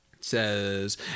says